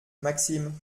maxime